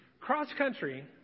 Cross-country